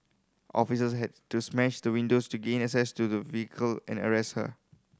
officers had to smash the windows to gain access to the vehicle and arrest her